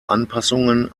anpassungen